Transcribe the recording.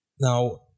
Now